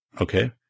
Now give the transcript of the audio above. Okay